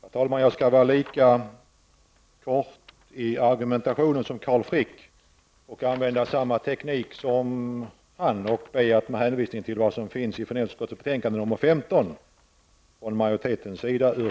Herr talman! Jag skall vara lika kort i argumentationen som Carl Frick och använda samma teknik som han. Jag ber att med hänvisning till vad som anförts i finansutskottets betänkande nr